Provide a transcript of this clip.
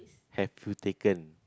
have you taken